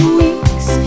weeks